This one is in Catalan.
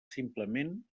simplement